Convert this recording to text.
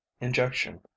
injection